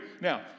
now